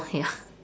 oh ya